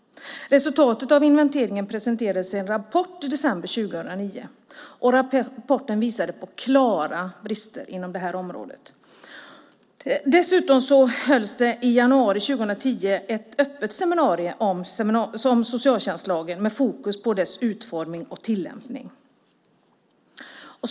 Resultatet av inventeringen presenterades i en rapport 2009. Rapporten visade på klara brister på området. Dessutom hölls det i januari 2010 ett öppet seminarium om socialtjänstlagen med fokus på dess utformning och tillämpning.